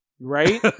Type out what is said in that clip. Right